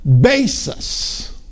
basis